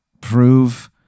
prove